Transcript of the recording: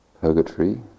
purgatory